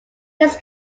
his